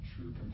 true